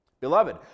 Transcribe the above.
Beloved